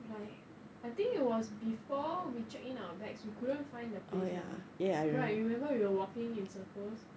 like I think it was before we check in our bags you couldn't find the place you are right remember you were walking in circles